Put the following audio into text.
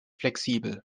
flexibel